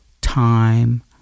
time